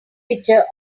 picture